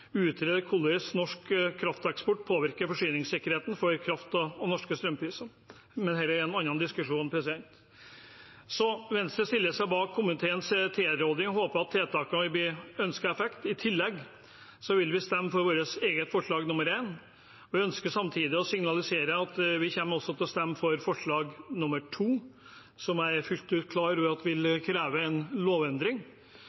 en annen diskusjon. Venstre stiller seg bak komiteens tilråding og håper at tiltakene vil gi ønsket effekt. I tillegg vil vi stemme for vårt eget forslag, forslag nr. 1. Jeg ønsker samtidig å signalisere at vi kommer til å stemme for forslag nr. 2, som jeg er fullt ut klar over